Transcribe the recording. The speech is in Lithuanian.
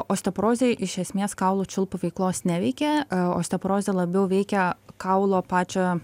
osteoporozė iš esmės kaulų čiulpų veiklos neveikia osteoporozė labiau veikia kaulo pačio